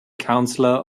counselor